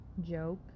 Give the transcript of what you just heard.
joke